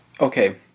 Okay